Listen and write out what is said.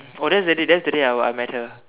oh that's the day that's the day I met her